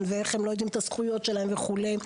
ואיך הם לא יודעים מה הזכויות שלהם וכולי.